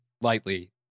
lightly